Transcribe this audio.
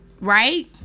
Right